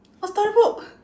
a storybook